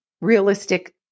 realistic